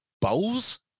bowls